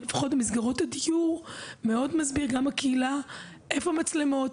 הוא מאוד מסביר איפה המצלמות,